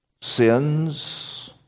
sins